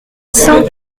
cent